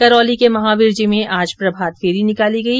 करौली के महावीर जी में आज प्रभातफेरी निकाली गई